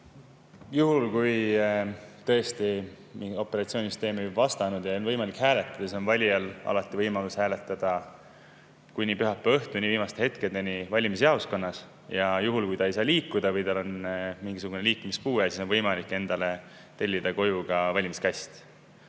Juhul kui tõesti mingi operatsioonisüsteem ei vasta [tingimustele] ja pole võimalik hääletada, siis on valijal alati võimalus hääletada kuni pühapäeva õhtu viimaste hetkedeni ka valimisjaoskonnas. Juhul, kui ta ei saa liikuda, tal on mingisugune liikumispuue, siis on võimalik endale tellida koju ka valimiskast.